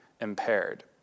impaired